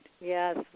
Yes